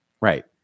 right